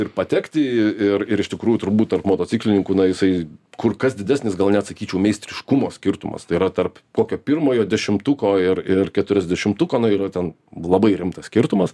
ir patekti ir ir iš tikrųjų turbūt tarp motociklininkų na jisai kur kas didesnis gal net sakyčiau meistriškumo skirtumas tai yra tarp kokio pirmojo dešimtuko ir ir keturiasdešimtuko na yra ten labai rimtas skirtumas